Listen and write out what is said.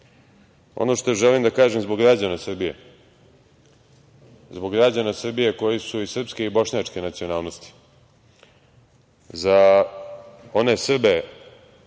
što želim da kažem zbog građana Srbije, zbog građana Srbije koji su i srpske i bošnjačke nacionalnosti, za one Srbe